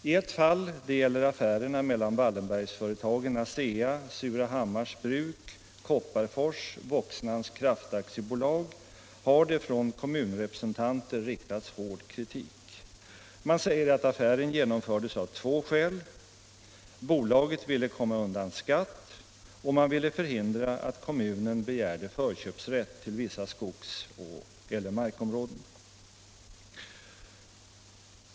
I ett fall — det gäller affärerna mellan Wallenbergsföretagen ASEA — Surahammars Bruk AB — Kopparfors - Voxnans Kraft AB har det från kommunrepresentanter riktats hård kritik. Man säger att affären genomfördes av två skäl: bolaget ville komma undan skatt och man ville förhindra att kommunen begärde förköpsrätt till vissa skogseller markområden.